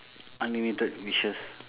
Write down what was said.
unlimited wishes